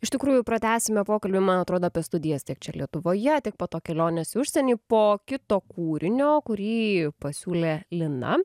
iš tikrųjų pratęsime pokalbį man atrodo apie studijas tiek čia lietuvoje tiek po to keliones į užsienį po kito kūrinio kurį pasiūlė lina